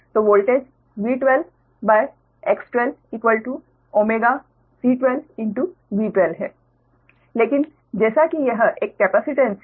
तो voltage V12X12ωC12V12 है लेकिन जैसा कि यह एक कैपेसिटेंस है